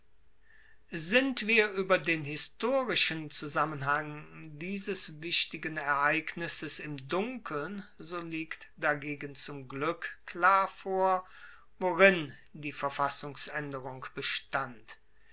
sind wir ueber den historischen zusammenhang dieses wichtigen ereignisses im dunkeln so liegt dagegen zum glueck klar vor worin die verfassungsaenderung bestand